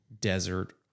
desert